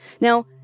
Now